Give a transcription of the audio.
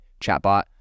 chatbot